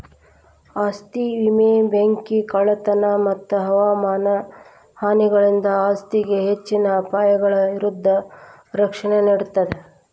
ಆಸ್ತಿ ವಿಮೆ ಬೆಂಕಿ ಕಳ್ಳತನ ಮತ್ತ ಹವಾಮಾನ ಹಾನಿಗಳಿಂದ ಆಸ್ತಿಗೆ ಹೆಚ್ಚಿನ ಅಪಾಯಗಳ ವಿರುದ್ಧ ರಕ್ಷಣೆ ನೇಡ್ತದ